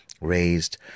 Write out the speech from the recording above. raised